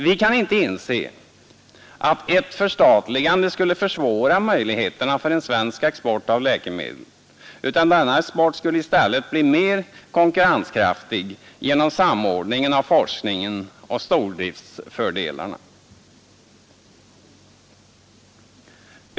Vi kan inte inse att ett förstatligande skulle försvåra möjligheterna för en svensk export av läkemedel, utan denna export skulle i stället bli mera konkurrenskraftig genom samordningen av forskningen och stordriftsfördelarna.